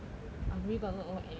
I'm really not gonna know anything